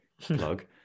Plug